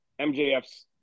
mjf's